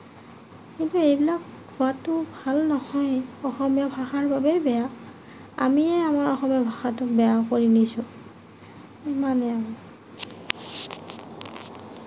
কিন্তু এইবিলাক হোৱাটো ভাল নহয় অসমীয়া ভাষাৰ বাবে বেয়া আমিয়ে আমাৰ অসমীয়া ভাষাটো বেয়া কৰি নিছোঁ ইমানেই আৰু